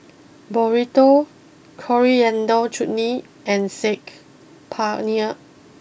Burrito Coriander Chutney and Saag Paneer